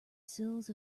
sills